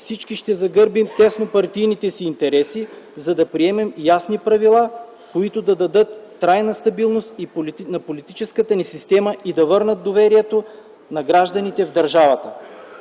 всички ще загърбим теснопартийните си интереси, за да приемем ясни правила, които да дадат трайна стабилност на политическата ни система и да върнат доверието на гражданите в държавата.